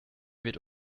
wird